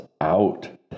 out